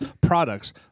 products